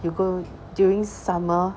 you go during summer